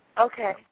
Okay